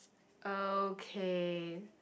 okay